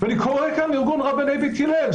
ואני קורא כאן לארגון רבני בית הלל,